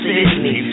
Sydney